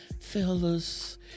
fellas